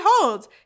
behold